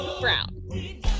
brown